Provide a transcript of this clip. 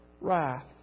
wrath